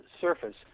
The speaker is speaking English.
surface